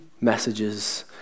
messages